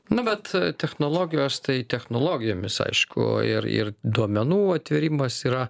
na bet technologijos tai technologijomis aišku ir ir duomenų atvėrimas yra